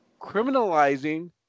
criminalizing